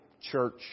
church